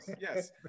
Yes